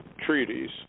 treaties